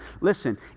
listen